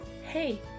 hey